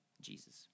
Jesus